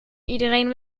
iedereen